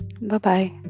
bye-bye